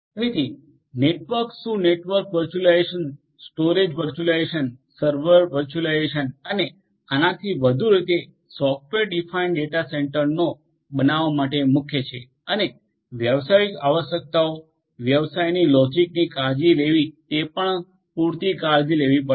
તેથી નેટવર્ક શું network virtualization storage virtualization server virtualization અને આનથી વધુ રીતે સોફ્ટવેર ડિફાઇન ડેટા સેન્ટરો બનાવવા માટે મુખ્ય છે અને વ્યવસાયિક આવશ્યકતાઓ વ્યવસાયની લોજીકની કાળજી લેવી તે પણ પૂરતી કાળજી લેવી પડે છે